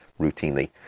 routinely